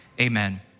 amen